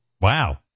Wow